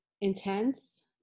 intense